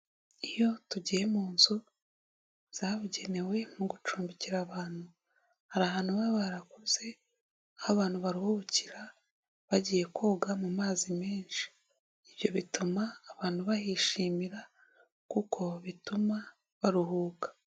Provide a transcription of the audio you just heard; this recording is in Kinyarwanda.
Iyo tugiye mu nzu zabugenewe mu gucumbikira abantu hari ahantu baba barakoze aho abantu baruhukira bagiye koga mu mazi menshi, ibyo bituma abantu bahishimira kuko bituma baruhuka.